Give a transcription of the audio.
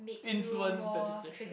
influent the decision